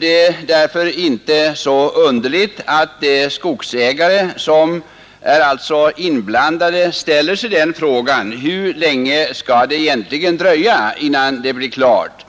Det är därför inte så underligt att de skogsägare som är inblandade ställer sig frågan hur länge det egentligen skall dröja innan det blir klart,